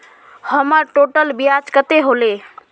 हमर टोटल ब्याज कते होले?